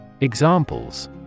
Examples